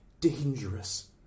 Dangerous